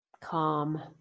calm